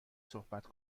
صحبت